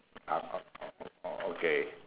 ah oh oh oh okay